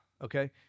Okay